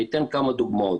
אני אתן כמה דוגמאות.